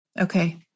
Okay